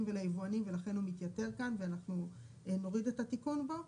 וליבואנים ולכן הוא מתייתר כאן ואנחנו נוריד את התיקון בו.